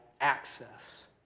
access